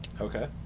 okay